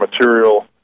material